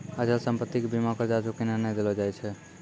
अचल संपत्ति के बिना कर्जा चुकैने नै देलो जाय छै